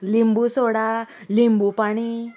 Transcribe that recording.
लिंबू सोडा लिंबू पाणी